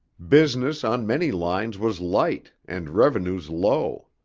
business on many lines was light, and revenues low.